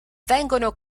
vengono